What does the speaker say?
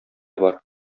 бар